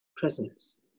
Presence